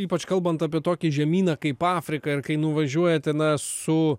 ypač kalbant apie tokį žemyną kaip afrika ir kai nuvažiuojate na su